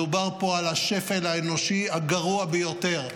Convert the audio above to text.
מדובר פה על השפל האנושי הגרוע ביותר,